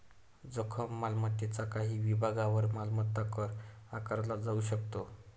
जंगम मालमत्तेच्या काही विभागांवर मालमत्ता कर आकारला जाऊ शकतो